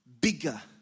bigger